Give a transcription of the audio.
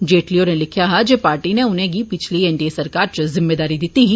जेटली होरें लिखेआ जे पार्टी ने उनेंगी पिछली एनडीए सरकार च जिम्मेदारी दित्ती ही